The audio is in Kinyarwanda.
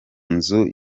nzu